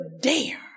dare